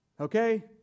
okay